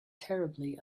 terribly